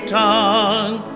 tongue